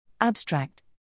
Abstract